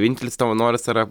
vienintelis tavo noras yra